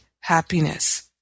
happiness